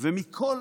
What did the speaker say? ומכל